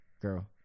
Girl